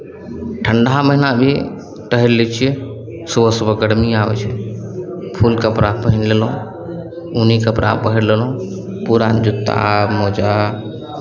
ठण्ढा महिना भी टहलि लै छियै सुबह सुबह गर्मी आबै छै फुल कपड़ा पिन्ह लेलहुँ ऊनी कपड़ा पहिर लेलहुँ पुरान जुत्ता मोजा